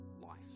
life